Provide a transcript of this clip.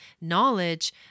knowledge